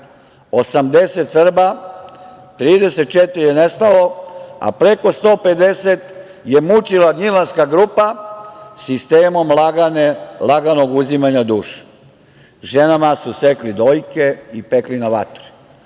80 Srba, 34 je nestalo, a preko 150 je mučila Gnjilanska grupa, sistemom laganog uzimanja duše, ženama su sekli dojke i pekli na vatri,